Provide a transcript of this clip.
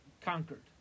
conquered